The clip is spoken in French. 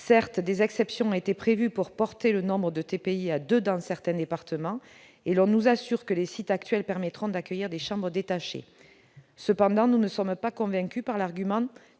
Certes, des exceptions ont été prévues pour porter le nombre de tribunaux de première instance à deux dans certains départements, et l'on nous assure que les sites actuels permettront d'accueillir des chambres détachées. Cependant, nous ne sommes pas convaincus par l'argument